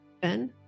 Ben